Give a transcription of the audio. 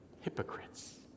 Hypocrites